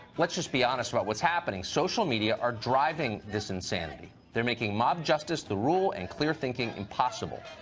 let's just be honest about what's happening. social media are driving this insanity. their making mob justice the rule and clear thinking impossible.